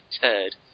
turd